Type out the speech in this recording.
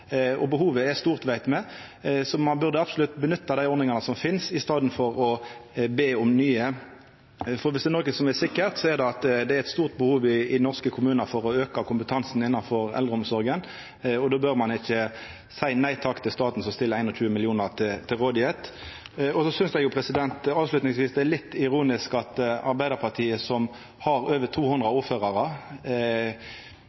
Behovet er stort, det veit me, så ein burde absolutt nytta dei ordningane som finst, i staden for å be om nye. For er det noko som er sikkert, så er det at det er eit stort behov i norske kommunar for å auka kompetansen innanfor eldreomsorga, og då bør ein ikkje seia nei takk til staten, som stiller 21 mill. kr til rådvelde. Så synest eg avslutningsvis at det er litt ironisk at Arbeidarpartiet, som har over 200